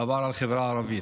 עבר על החברה הערבית.